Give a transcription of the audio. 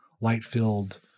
light-filled